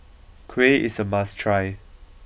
Kuih is a must try